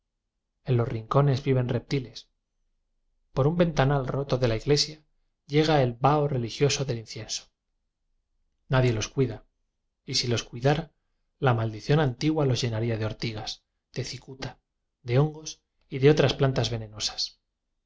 en los rincones viven reptiles por un ventanal roto de la iglesia llega el vaho religioso del incienso nadie los cuida y si los cuidara la maldición antigua los llenaría de ortigas de cicuta de hongos y de otras plantas venenosas